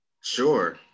Sure